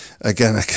Again